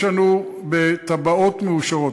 יש לנו בתב"עות מאושרות,